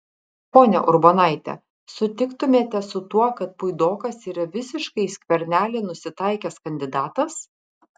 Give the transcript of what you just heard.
ponia urbonaite sutiktumėte su tuo kad puidokas yra visiškai į skvernelį nusitaikęs kandidatas